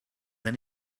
then